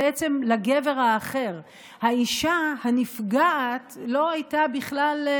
שעוד תרחיב את ההגנה הנדרשת הזאת לנפגעי עבירה בכלל.